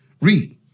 Read